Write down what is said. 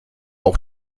auch